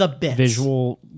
visual